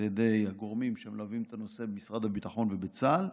ידי הגורמים שמלווים את הנושא במשרד הביטחון ובצה"ל,